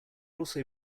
also